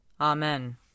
Amen